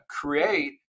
create